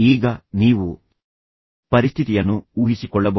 ಈಗ ನೀವು ಪರಿಸ್ಥಿತಿಯನ್ನು ಊಹಿಸಿಕೊಳ್ಳಬಹುದು